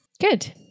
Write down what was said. Good